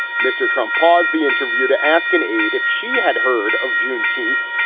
mr. trump paused the interview to ask an aide if she had heard of juneteenth.